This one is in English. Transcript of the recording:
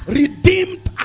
redeemed